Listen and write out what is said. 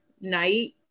night